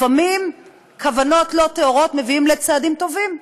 לפעמים כוונות לא טהורות מביאות לצעדים טובים,